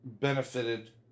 benefited